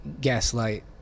Gaslight